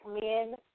men